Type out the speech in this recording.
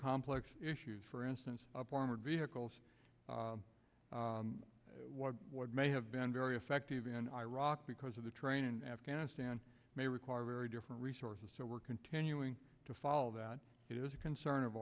complex issues for instance up armored vehicles what what may have been very effective in iraq because of the train in afghanistan may require very different resources so we're continuing to follow that it is a concern of